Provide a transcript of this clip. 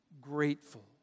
grateful